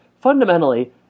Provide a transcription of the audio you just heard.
fundamentally